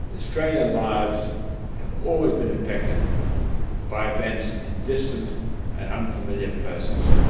australian lives have always been affected by events in distant and unfamiliar places.